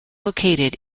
located